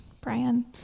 Brian